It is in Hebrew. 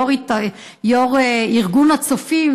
יו"ר ארגון הצופים,